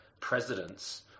presidents